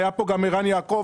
היה פה גם ערן יעקב,